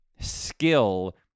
skill